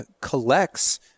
collects